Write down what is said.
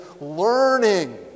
learning